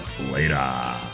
later